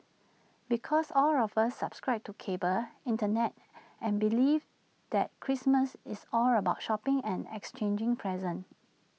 because all of us subscribe to cable Internet and belief that Christmas is all about shopping and exchanging presents